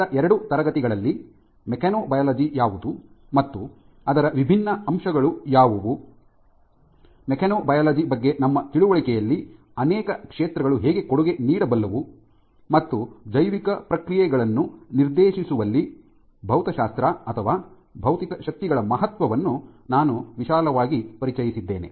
ಕಳೆದ ಎರಡು ತರಗತಿಗಳಲ್ಲಿ ಮೆಕ್ಯಾನೊಬಯಾಲಜಿ ಯಾವುದು ಮತ್ತು ಅದರ ವಿಭಿನ್ನ ಅಂಶಗಳು ಯಾವುವು ಮೆಕ್ಯಾನೊಬಯಾಲಜಿ ಬಗ್ಗೆ ನಮ್ಮ ತಿಳುವಳಿಕೆಯಲ್ಲಿ ಅನೇಕ ಕ್ಷೇತ್ರಗಳು ಹೇಗೆ ಕೊಡುಗೆ ನೀಡಬಲ್ಲವು ಮತ್ತು ಜೈವಿಕ ಪ್ರಕ್ರಿಯೆಗಳನ್ನು ನಿರ್ದೇಶಿಸುವಲ್ಲಿ ಭೌತಶಾಸ್ತ್ರ ಅಥವಾ ಭೌತಿಕ ಶಕ್ತಿಗಳ ಮಹತ್ವವನ್ನು ನಾನು ವಿಶಾಲವಾಗಿ ಪರಿಚಯಿಸಿದ್ದೇನೆ